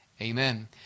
Amen